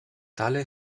tale